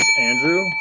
Andrew